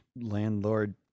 landlord